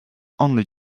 only